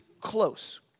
close